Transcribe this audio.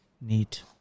neat